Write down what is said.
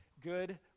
good